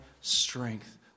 strength